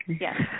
Yes